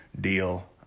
deal